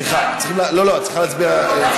את צריכה להצביע.